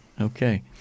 Okay